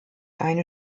eine